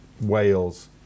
Wales